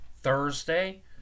Thursday